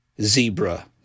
zebra